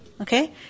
okay